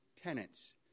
tenants